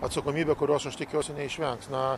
atsakomybę kurios aš tikiuosi neišvengs na